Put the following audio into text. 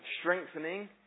strengthening